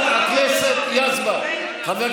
חברת הכנסת יזבק, מספיק.